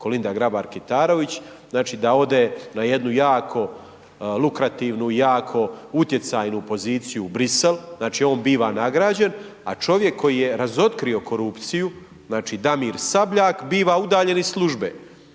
Kolinda Grabar Kitarović, znači da ode na jednu jako lukrativnu i jako utjecajnu poziciju u Bruxelles, znači on biva nagrađen, a čovjek koji je razotkrio korupciju znači Damir Sabljak biva udaljen iz službe.